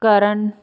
ਕਰਨ